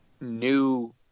new